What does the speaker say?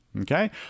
Okay